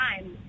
time